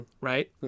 right